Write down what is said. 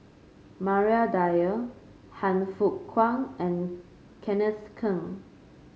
Maria Dyer Han Fook Kwang and Kenneth Keng